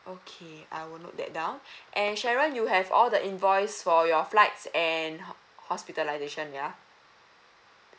okay I will note that down and sharon you have all the invoice for your flights and ho~ hospitalisation ya